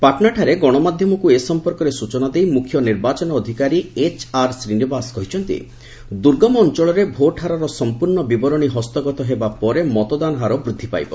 ପାଟନାଠାରେ ଗଣମାଧ୍ୟମକୁ ଏ ସମ୍ପର୍କରେ ସୂଚନା ଦେଇ ମୁଖ୍ୟ ନିର୍ବାଚନ ଅଧିକାରୀ ଏଚ୍ଆର୍ ଶ୍ରୀନିବାସ କହିଛନ୍ତି ଦୁର୍ଗମ ଅଞ୍ଚଳରେ ଭୋଟ୍ ହାରର ସମ୍ପର୍ଣ୍ଣ ବିବରଣୀ ହସ୍ତଗତ ହେବା ପରେ ମତଦାନ ହାର ବୃଦ୍ଧି ପାଇବ